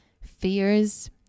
Fears